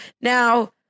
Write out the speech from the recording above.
now